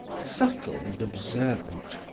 subtle and observant,